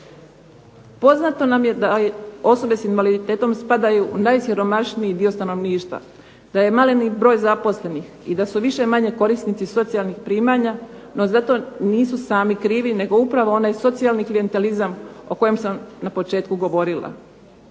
Poznato nam je da osobe sa invaliditetom spadaju u najsiromašniji dio stanovništva, da je maleni broj zaposlenih i da su više manje korisnici socijalnih primanja no za to nisu sami krivi, nego upravo onaj socijalni klijentelizam o kojem sam na početku govorila.